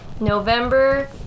November